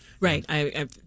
Right